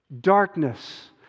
Darkness